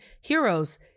heroes